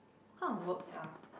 what kind of work sia